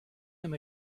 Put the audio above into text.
him